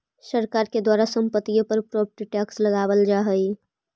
सरकार के द्वारा संपत्तिय पर प्रॉपर्टी टैक्स लगावल जा हई